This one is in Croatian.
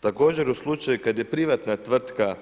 Također u slučaju kada je privatna tvrtka